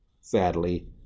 sadly